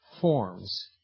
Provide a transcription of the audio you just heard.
forms